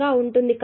కాబట్టి I1 1